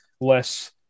less